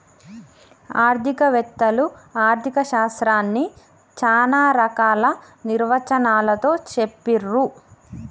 ఆర్థిక వేత్తలు ఆర్ధిక శాస్త్రాన్ని చానా రకాల నిర్వచనాలతో చెప్పిర్రు